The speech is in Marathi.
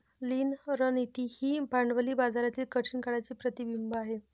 लीन रणनीती ही भांडवली बाजारातील कठीण काळाचे प्रतिबिंब आहे